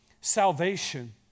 salvation